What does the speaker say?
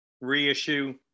Reissue